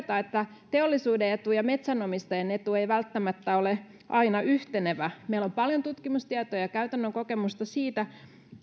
todeta että teollisuuden etu ja metsänomistajien etu eivät välttämättä ole aina yhteneviä meillä on paljon tutkimustietoa ja käytännön kokemusta siitä